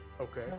Okay